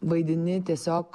vaidini tiesiog